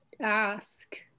ask